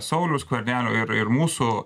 sauliaus skvernelio ir ir mūsų